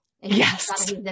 yes